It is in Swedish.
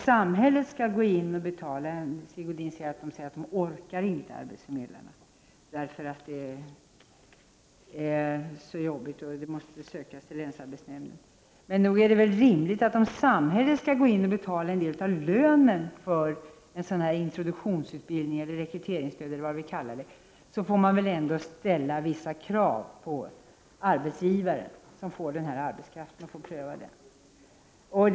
Sigge Godin säger att arbetsgivarna inte orkar med allt detta med bl.a. ansökningar till länsarbetsnämnden. Men om samhället skall betala en del av lönen under en introduktionsutbildning eller — om vi så vill — betala rekryteringsstöd, är det väl ändå rimligt att ställa vissa krav på arbetsgivarna, som får möjlighet att pröva denna arbetskraft.